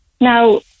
Now